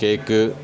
cake